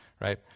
right